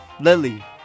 Lily